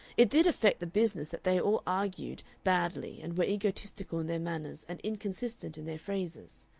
it did affect the business that they all argued badly and were egotistical in their manners and inconsistent in their phrases.